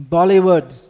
Bollywood